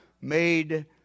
made